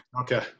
Okay